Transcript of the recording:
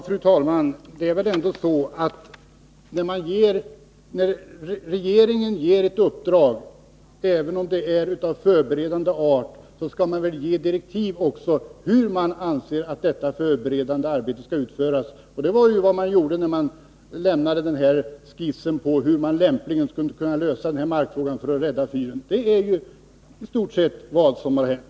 Fru talman! När regeringen ger någon ett uppdrag, även om det är av förberedande art, skall den väl också ge direktiv om hur man anser att uppgiften skall lösas. Det var också vad som skedde när man överlämnade skissen med en beskrivning på hur markfrågan lämpligen skulle lösas för att kunna rädda fyren Märket. Det är i stort sett vad som har hänt.